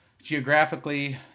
geographically